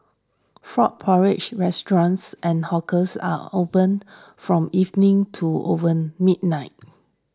frog porridge restaurants and hawkers are opened from evening to over midnight